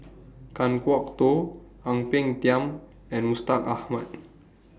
Kan Kwok Toh Ang Peng Tiam and Mustaq Ahmad